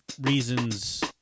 reasons